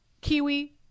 Kiwi